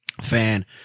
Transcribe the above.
fan